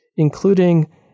including